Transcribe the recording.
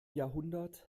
jahrhundert